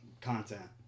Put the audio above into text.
content